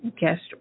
guest